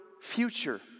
future